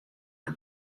der